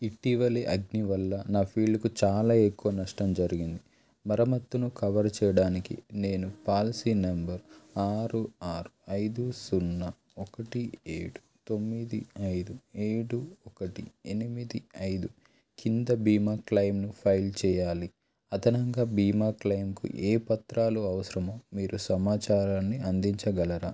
ఇటీవలి అగ్ని వల్ల నా ఫీల్డ్కు చాలా ఎక్కువ నష్టం జరిగింది మరమ్మత్తును కవర్ చేయడానికి నేను పాలసీ నంబర్ ఆరు ఆరు ఐదు సున్నా ఒకటి ఏడు తొమ్మిది ఐదు ఏడు ఒకటి ఎనిమిది ఐదు కింద బీమా క్లైమ్ను ఫైల్ చెయ్యాలి అదనంగా బీమా క్లైమ్కు ఏ పత్రాలు అవసరమో మీరు సమాచారాన్ని అందించగలరా